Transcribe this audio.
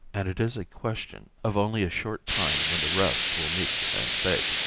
and it is a question of only a short time when the rest will meet the same fate.